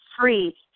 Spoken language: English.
free